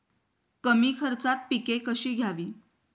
कमी खर्चात पिके कशी घ्यावी?